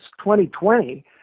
2020